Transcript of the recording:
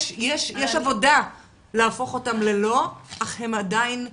יש עבודה להפוך אותם ללא, אך הם עדיין שקופים.